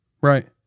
Right